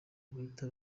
guhita